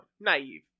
naive